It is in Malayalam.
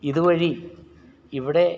ഇതുവഴി ഇവിടെ